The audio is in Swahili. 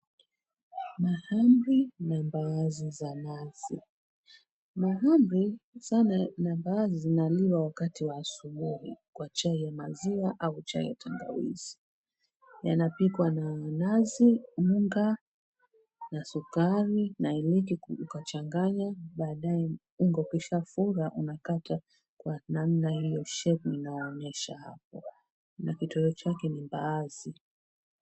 Mahamri na mbaazi za nazi. Mahamri sana mbaazi zinaliwa wakati wa asubuhi kwa chai ya maziwa au chai ya tangawizi. Yanapikwa na nazi, unga na sukari na iliki kuchanganya baadaye unga ukishafura unakata kwa namna hiyo shape nawaonyesha hapo. Na kitoweyo chake ni mbaazi.